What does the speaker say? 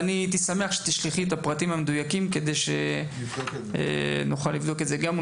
והייתי שמח שתשלחי לי את הפרטים המדויקים כדי שנוכל לבדוק את זה גם,